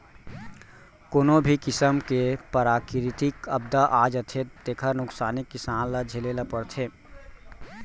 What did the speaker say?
कोनो भी किसम के पराकिरितिक आपदा आ जाथे तेखर नुकसानी किसान ल झेले ल परथे